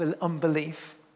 unbelief